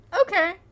Okay